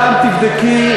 גם תבדקי את,